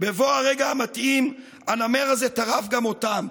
בבוא הרגע המתאים, הנמר הזה טרף גם אותם.